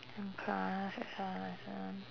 some class extra lesson